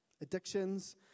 Addictions